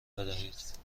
بدهید